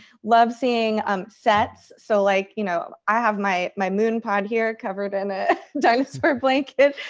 love seeing um sets. so like, you know i have my my moon pod here covered in a dinosaur blanket.